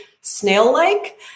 snail-like